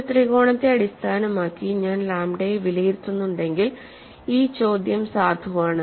ഒരു ത്രികോണത്തെ അടിസ്ഥാനമാക്കി ഞാൻ ലാംഡയെ വിലയിരുത്തുന്നുണ്ടെങ്കിൽ ഈ ചോദ്യം സാധുവാണ്